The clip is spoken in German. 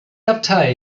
abtei